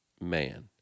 man